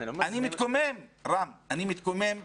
אני מתקומם נגד זה.